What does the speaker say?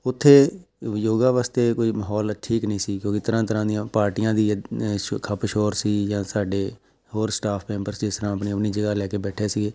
ਉੱਥੇ ਵੀ ਯੋਗਾ ਵਾਸਤੇ ਕੋਈ ਮਾਹੌਲ ਠੀਕ ਨਹੀਂ ਸੀ ਕਿਉਂਕਿ ਤਰ੍ਹਾਂ ਤਰ੍ਹਾਂ ਦੀਆਂ ਪਾਰਟੀਆਂ ਦੀ ਖੱਪ ਸ਼ੋਰ ਸੀ ਜਾਂ ਸਾਡੇ ਹੋਰ ਸਟਾਫ ਮੈਂਬਰ ਜਿਸ ਤਰ੍ਹਾਂ ਆਪਣੀ ਆਪਣੀ ਜਗਾ ਲੈ ਕੇ ਬੈਠੇ ਸੀਗੇ